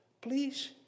please